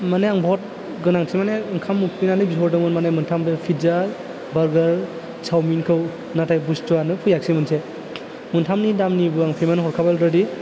मानि आं बुहुत गोनांथि मानि ओंखाम उखैनानै बिहरदोंमोन मानि मोन्थामबो पिज्जा बार्गार चावमिनखौ नाथाय बुस्थुवानो फैयाखसै मोनसे मोन्थामनि दामनिबो आं पेमेन्ट हरखाबाय अलरिडि